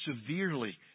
severely